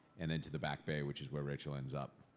and then to the back bay, which is where rachel ends up.